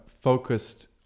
focused